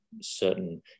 Certain